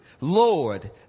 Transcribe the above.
Lord